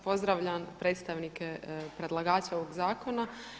Pozdravljam predstavnike predlagača ovog zakona.